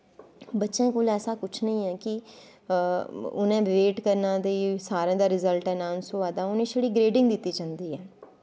बच्चैं कोल ऐसा कुछ नी ऐ कि उनें बेट करदे ते सारें दा रिजिलट आनौंस होआ दा उनेंगी छड़ी ग्रेडिंग दित्ती जंदी ऐ